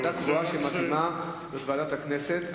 והוועדה הקבועה שמתאימה היא ועדת הכנסת,